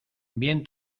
bien